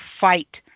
fight